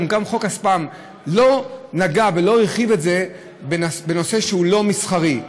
גם חוק הספאם לא נגע ולא הרחיב את זה לנושא שהוא לא מסחרי,